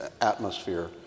atmosphere